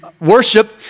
worship